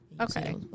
Okay